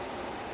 mm